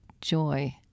joy